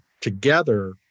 together